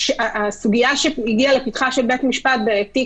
הסוגיה שהגיעה לפתחו של בית המשפט בתיק